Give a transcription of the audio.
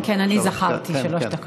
כן, כן, אני זכרתי, שלוש דקות.